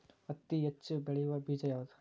ಹತ್ತಿ ಹೆಚ್ಚ ಬೆಳೆಯುವ ಬೇಜ ಯಾವುದು?